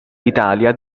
italia